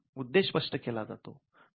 उद्देश स्पष्ट केला जातो